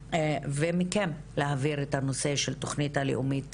ומכם להעביר את הנושא של התוכנית הלאומית